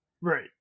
right